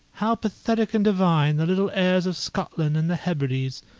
how pathetic and divine the little airs of scotland and the hebrides!